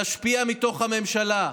תשפיע מתוך הממשלה,